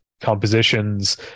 compositions